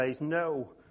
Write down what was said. no